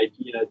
idea